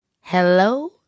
Hello